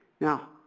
Now